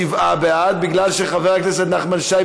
בעד, כי חבר הכנסת נחמן שי